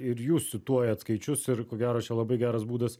ir jūs cituojat skaičius ir ko gero čia labai geras būdas